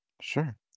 Sure